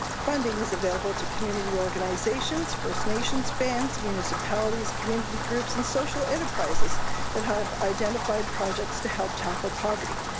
funding is available to community organizations, first nations bands, municipalities, community groups and social enterprises that have identified projects to help tackle poverty.